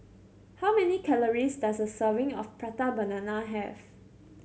how many calories does a serving of Prata Banana have